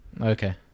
Okay